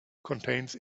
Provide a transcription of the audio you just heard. contains